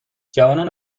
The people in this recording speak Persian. جوانان